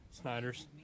Snyder's